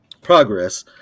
progress